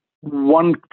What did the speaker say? one